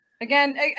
Again